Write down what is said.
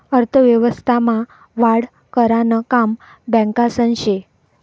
अर्थव्यवस्था मा वाढ करानं काम बॅकासनं से